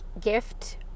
gift